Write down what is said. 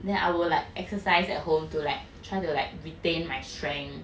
then I will like exercise at home to like try to like retain my strength